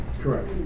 Correct